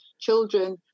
children